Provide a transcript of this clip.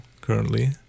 currently